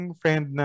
friend